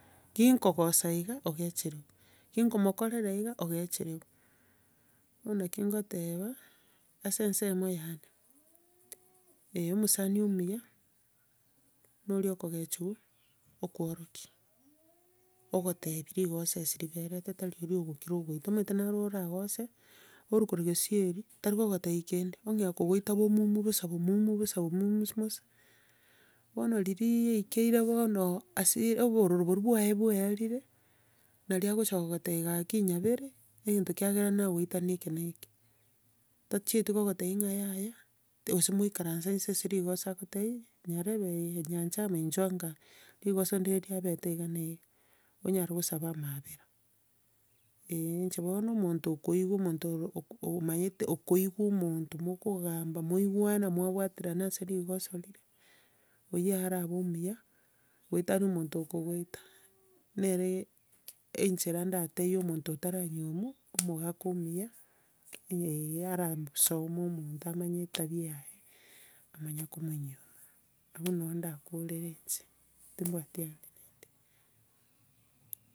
kingogosa iga ogchirwe, kinkookorera iga, ogechirwe, bono naki ngoteba, ase ensemo yane omosani omuya na oria okogechiwa, okoorokia. Okotebia rikosa ase ribererete, tari oria ogokira ogoita. Omanyete naro oragose, orwe korwa gesieri tarikokotebia kende, ong'ea kokoita bomumu bosa bomumu bosa bomumu um- mosa. Bono riria yaikeire bono hasira obororo boria bwaye bwaerire, naria agocha kokotebia gaki nyabere, egento kiagera nakoita neke neke. Tachieti kokotia ng'a yaya, gose moikaranse nse ase rigosa akotebie, nyarebe, eh, nyanchama, inchwango aiga, rigoso ndire riabete iga na iga. Onyare kosaba amaabera inche bono omonto okoigwa, omonto oro- ok- omanyete okigwa omonto mokogamba, mwaigwana mwabaterana ase rigoso rire, oyia ara abe omuya, goetania omonto okogoita neree enchera ndatebie omonto otaranyiowa omogaka omuya arambu soma omonto amanye etabia yaye, amanye komonyioma. Abwo nabo ndakore inche. timbwati ande naende.